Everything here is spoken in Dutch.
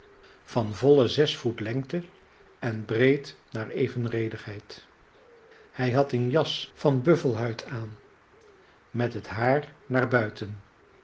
van volle zes voet lengte en breed naar evenredigheid hij had een jas van buffelhuid aan met het haar naar buiten